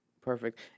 perfect